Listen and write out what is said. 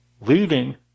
leading